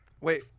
Wait